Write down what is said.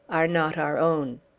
are not our own.